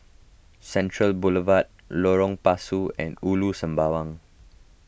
Central Boulevard Lorong Pasu and Ulu Sembawang